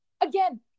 again